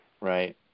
right